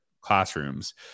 classrooms